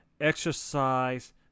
exercise